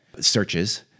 searches